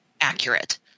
accurate